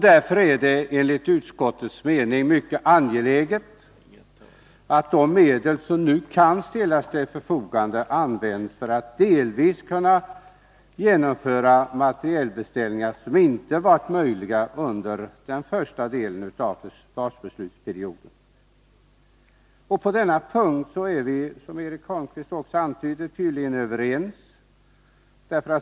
Därför är det enligt utskottets mening mycket angeläget att de medel som nu kan ställas till förfogande används delvis för att genomföra materielbeställningar som inte varit möjliga under den första delen av försvarsbeslutsperioden. På denna punkt är vi, som Eric Holmqvist också antydde, tydligen överens.